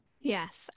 Yes